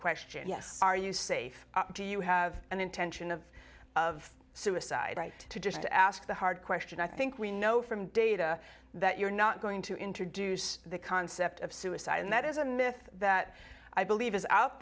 question yes are you safe do you have an intention of of suicide right to just to ask the hard question i think we know from data that you're not going to introduce the concept of suicide and that is a myth that i believe is out